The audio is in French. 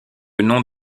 nom